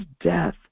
death